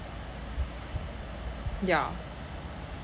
ya